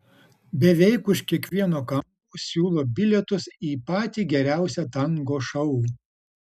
beveik už kiekvieno kampo siūlo bilietus į patį geriausią tango šou